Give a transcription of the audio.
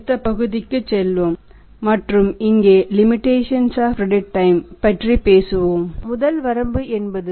அடுத்த பகுதிக்குச் செல்வோம் மற்றும் இங்கே லிமிடேஷன்ஸ் ஆஃ கிரெடிட் டைம் இழப்பு பற்றியதாகும்